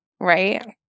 right